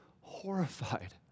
horrified